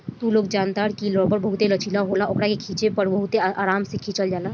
तू लोग जनतार की रबड़ बहुते लचीला होला ओकरा के खिचे पर बहुते आराम से खींचा जाला